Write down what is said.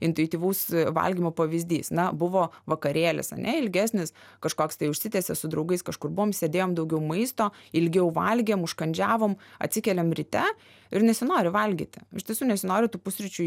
intuityvaus valgymo pavyzdys na buvo vakarėlis ane ilgesnis kažkoks tai užsitęsia su draugais kažkur buvom sėdėjom daugiau maisto ilgiau valgėm užkandžiavom atsikeliam ryte ir nesinori valgyti iš tiesų nesinori tų pusryčių